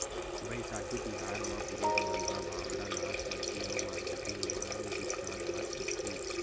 बइसाखी तिहार म पुरूस मन ह भांगड़ा नाच करथे अउ मारकेटिंग मन गिद्दा नाच करथे